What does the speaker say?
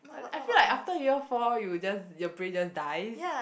I feel like after year four you will just your present die